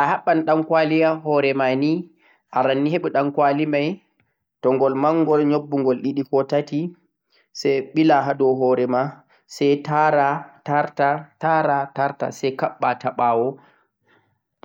Ta'a haɓɓan ɗankwali ha hore ma nii, arannii heɓu hankwali mai toh ngol mangol sai nyubbangol ɗiɗi koh tati sai ɓila hado hoorema sai taara, tarta sai kaɓɓa ta ɓawo.